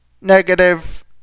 Negative